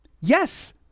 yes